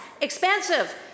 expensive